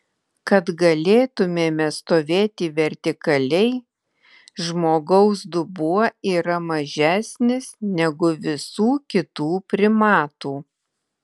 kad galėtumėme stovėti vertikaliai žmogaus dubuo yra mažesnis negu visų kitų primatų